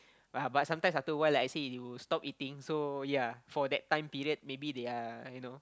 ah but after sometime after a while I say you stop eating so ya for that time period maybe they are you know